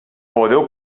podeu